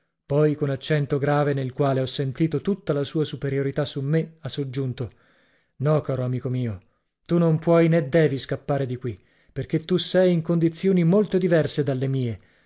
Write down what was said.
poi con accento grave nel quale ho sentito tutta la sua superiorità su me ha soggiunto no caro amico mio tu non puoi né devi scappare di qui perché tu sei in condizioni molto diverse dalle mie